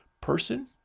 person